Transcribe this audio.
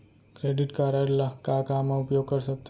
Credit card ला का का मा उपयोग कर सकथन?